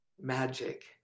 magic